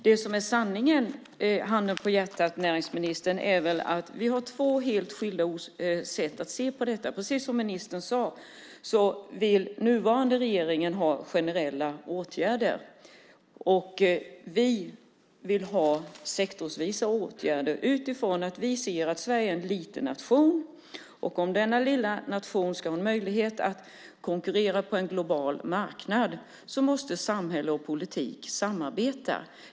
Är inte sanningen den, näringsministern, att vi har två helt skilda sätt att se på detta? Precis som ministern sade vill den nuvarande regeringen vidta generella åtgärder medan vi vill vidta sektorsvisa åtgärder. Sverige är en liten nation, och om denna lilla nation ska ha möjlighet att konkurrera på en global marknad måste samhälle och politik samarbeta.